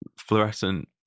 fluorescent